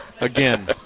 again